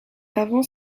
avant